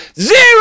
zero